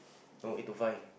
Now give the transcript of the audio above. no need to find